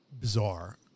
bizarre